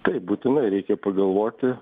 taip būtinai reikia pagalvoti